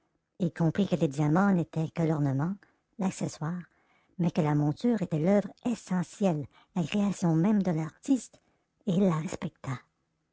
il comprit que les diamants n'étaient que l'ornement que l'accessoire mais que la monture était l'oeuvre essentielle la création même de l'artiste et il la respecta